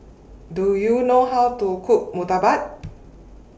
Do YOU know How to Cook Murtabak